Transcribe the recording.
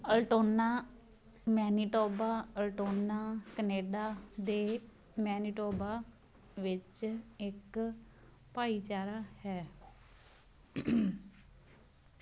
Altona Manitoba Altona Canada ਦੇ Manitoba ਵਿੱਚ ਇੱਕ ਭਾਈਚਾਰਾ ਹੈ